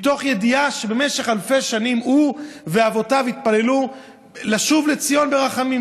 מתוך ידיעה שבמשך אלפי שנים הוא ואבותיו התפללו לשוב לציון ברחמים,